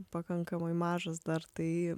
pakankamai mažas dar tai